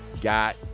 got